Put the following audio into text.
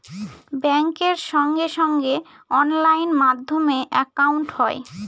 ব্যাঙ্কের সঙ্গে সঙ্গে অনলাইন মাধ্যমে একাউন্ট হয়